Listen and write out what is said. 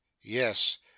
Yes